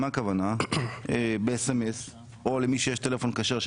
שתהיה ב-SMS או למי שיש טלפון כשר,